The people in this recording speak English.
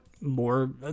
more